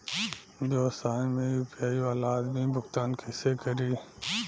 व्यवसाय में यू.पी.आई वाला आदमी भुगतान कइसे करीं?